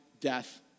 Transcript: death